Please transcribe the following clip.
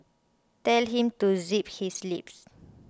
tell him to zip his lips